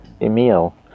Emil